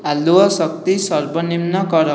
ଆଲୁଅ ଶକ୍ତି ସର୍ବନିମ୍ନ କର